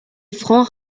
francs